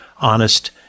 honest